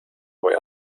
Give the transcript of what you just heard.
aber